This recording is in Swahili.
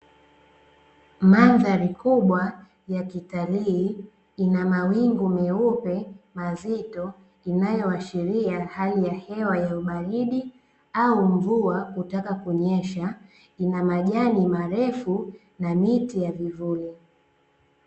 Mandhari kubwa ya kitalii, ina mawingu meupe, mazito inayoashiria hali ya hewa ya ubaridi au mvua kutaka kunyesha; ina majani marefu na miti ya vivuli.